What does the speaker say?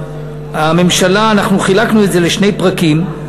אנחנו חילקנו את זה לשני פרקים.